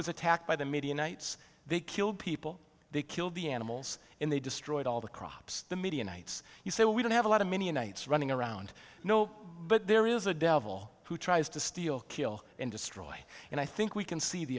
was attacked by the media knights they killed people they killed the animals and they destroyed all the crops the midianites you say we don't have a lot of many nights running around no but there is a devil who tries to steal kill and destroy and i think we can see the